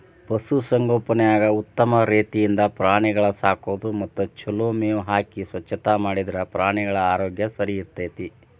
ಪಶು ಸಂಗೋಪನ್ಯಾಗ ಉತ್ತಮ ರೇತಿಯಿಂದ ಪ್ರಾಣಿಗಳ ಸಾಕೋದು ಮತ್ತ ಚೊಲೋ ಮೇವ್ ಹಾಕಿ ಸ್ವಚ್ಛತಾ ಮಾಡಿದ್ರ ಪ್ರಾಣಿಗಳ ಆರೋಗ್ಯ ಸರಿಇರ್ತೇತಿ